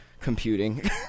computing